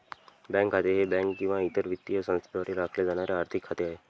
bank खाते हे bank किंवा इतर वित्तीय संस्थेद्वारे राखले जाणारे आर्थिक खाते आहे